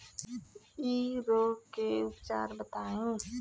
इ रोग के उपचार बताई?